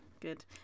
good